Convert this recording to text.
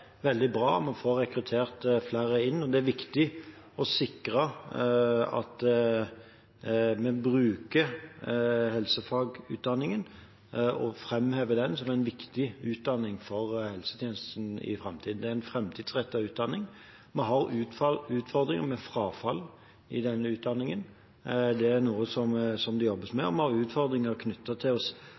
veldig bra om vi får rekruttert flere inn, og det er viktig å sikre at vi bruker helsefagutdanningen og framhever den som en viktig utdanning for helsetjenesten i framtiden. Det er en framtidsrettet utdanning. Vi har en utfordring med frafall i denne utdanningen. Det er noe det jobbes med. Og vi har utfordringer knyttet til